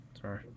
Sorry